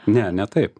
ne ne taip